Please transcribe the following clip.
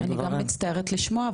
אני גם מצטערת לשמוע,